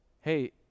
hey